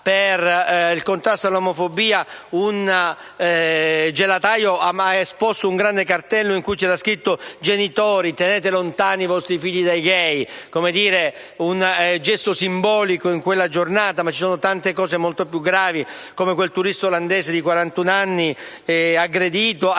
per il contrasto all'omofobia, un gelataio ha esposto un grande cartello in cui c'era scritto «genitori, tenete lontani i vostri figli dai gay»: un gesto simbolico in quella giornata. Ma ci sono tante cose molto più gravi, come il caso di quel turista olandese di quarantun anni aggredito